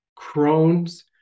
Crohn's